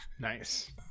nice